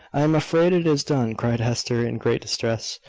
i am afraid it is done, cried hester, in great distress.